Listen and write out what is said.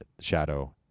shadow